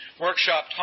workshop